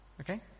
Okay